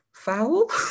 Foul